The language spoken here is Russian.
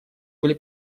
были